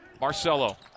Marcelo